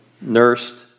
nursed